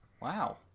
Wow